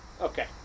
Okay